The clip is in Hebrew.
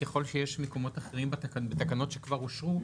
ככל שיש מקומות אחרים בתקנות שכבר אושרו,